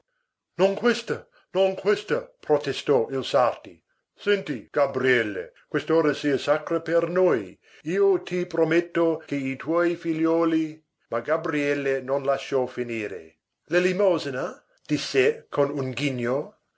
non questa non questa protestò il sarti senti gabriele quest'ora sia sacra per noi io ti prometto che i tuoi figliuoli ma gabriele non lo lasciò finire l'elemosina disse con un ghigno